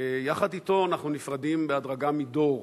יחד אתו אנחנו נפרדים בהדרגה מדור,